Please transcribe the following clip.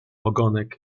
ogonek